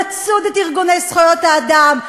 נצוד את ארגוני זכויות האדם,